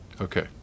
okay